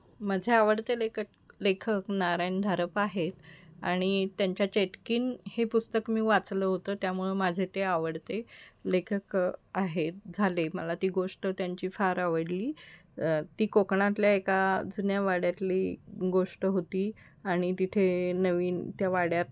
माझे आवडते लेखक लेखक नारायण धारप आहेत आणि त्यांच्या चेटकीण हे पुस्तक मी वाचलं होतं त्यामुळं माझे ते आवडते लेखक आहेत झाले मला ती गोष्ट त्यांची फार आवडली ती कोकणातल्या एका जुन्या वाड्यातली गोष्ट होती आणि तिथे नवीन त्या वाड्यात